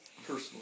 personally